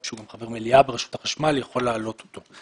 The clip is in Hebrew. והוא גם חבר מליאה ברשות החשמל, יכול להעלות אותו.